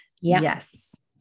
Yes